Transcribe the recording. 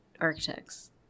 architects